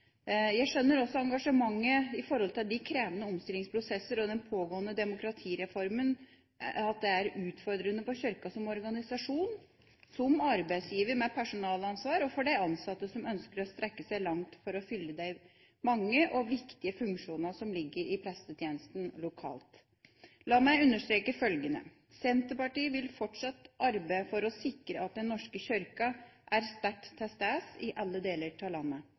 Jeg skjønner også engasjementet i forhold til de krevende omstillingsprosessene og den pågående demokratireformen, at det er utfordrende for Kirken som organisasjon, som arbeidsgiver med personalansvar, og for de ansatte som ønsker å strekke seg langt for å fylle de mange og viktige funksjonene som ligger i prestetjenesten lokalt. La meg understreke følgende: Senterpartiet vil fortsatt arbeide for å sikre at Den norske kirke er sterkt tilstede i alle deler av landet.